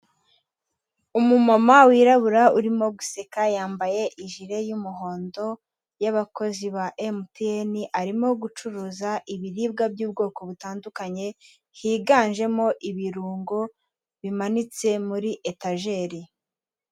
Umumama wirabura urimo guseka, yambaye ijile y'umuhondo y'abakozi ba MTN, arimo gucuruza ibiribwa by'ubwoko butandukanye, higanjemo ibirungo bimanitse muri etageri.